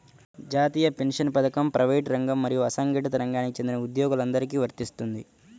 జాతీయ పెన్షన్ పథకం ప్రైవేటు రంగం మరియు అసంఘటిత రంగానికి చెందిన ఉద్యోగులందరికీ వర్తిస్తుంది